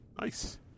nice